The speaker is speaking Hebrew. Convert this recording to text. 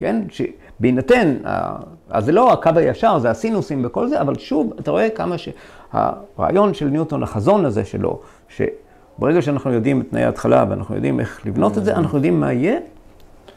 ‫שבהינתן, אז זה לא הקו הישר, ‫זה הסינוסים וכל זה, ‫אבל שוב, אתה רואה כמה שהרעיון ‫של ניוטון, החזון הזה שלו, ‫שברגע שאנחנו יודעים את תנאי ‫ההתחלה ואנחנו יודעים איך לבנות את זה, ‫אנחנו יודעים מה יהיה.